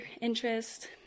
interest